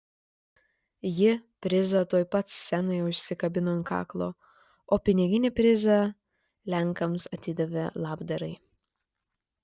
ji prizą tuoj pat scenoje užsikabino ant kaklo o piniginį prizą lenkams atidavė labdarai